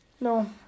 no